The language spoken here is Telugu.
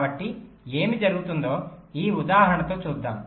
కాబట్టి ఏమి జరుగుతుందో ఈ ఉదాహరణతో చూద్దాం